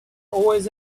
always